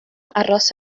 aros